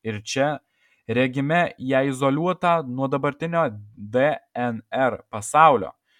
ir čia regime ją izoliuotą nuo dabartinio dnr pasaulio